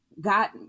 got